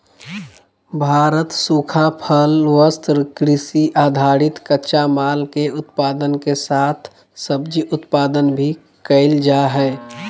भारत सूखा फल, वस्त्र, कृषि आधारित कच्चा माल, के उत्पादन के साथ सब्जी उत्पादन भी कैल जा हई